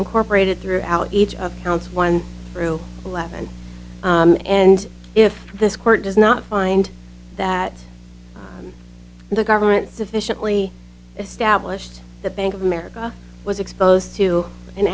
incorporated throughout each of counts one through eleven and if this court does not find that the government sufficiently established that bank of america was exposed to an